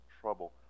trouble